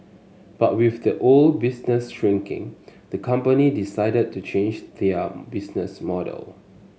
but with the old business shrinking the company decided to change their business model